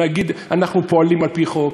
נגיד: אנחנו פועלים על-פי חוק,